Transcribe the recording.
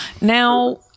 Now